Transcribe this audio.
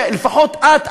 שלפחות את,